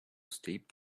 steep